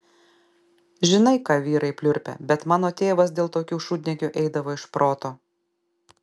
žinai ką vyrai pliurpia bet mano tėvas dėl tokių šūdniekių eidavo iš proto